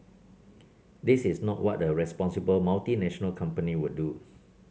this is not what a responsible multinational company would do